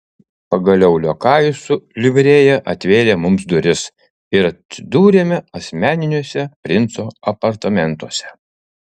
pagaliau liokajus su livrėja atvėrė mums duris ir atsidūrėme asmeniniuose princo apartamentuose